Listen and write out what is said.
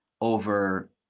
over